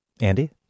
Andy